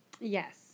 Yes